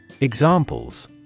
Examples